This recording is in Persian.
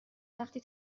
وقتی